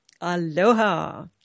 Aloha